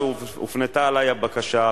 כשהופנתה אלי הבקשה,